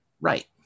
Right